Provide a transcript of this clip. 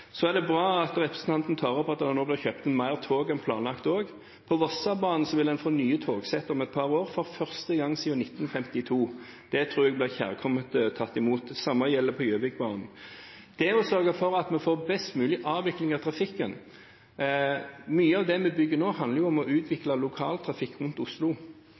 er bra at representanten tar opp at det nå blir kjøpt inn flere tog enn planlagt. Vossebanen vil få nye togsett om et par år – for første gang siden 1952. Det tror jeg blir kjærkomment tatt imot. Det samme gjelder Gjøvikbanen. Det handler om å sørge for at vi får best mulig avvikling av trafikken. Mye av det vi bygger nå, handler om å utvikle lokaltrafikken inn mot Oslo.